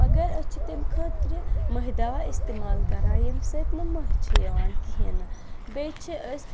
مگر أسۍ چھِ تیٚمۍ خٲطرٕ مٔہے دَوا استعمال کَران ییٚمہِ سۭتۍ نہٕ مٔہے چھِ یِوان کِہینۍ نہٕ بیٚیہِ چھِ أسۍ